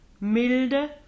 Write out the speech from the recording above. milde